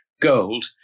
gold